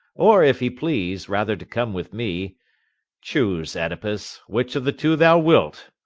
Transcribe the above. or if he please rather to come with me choose, oedipus, which of the two thou wilt.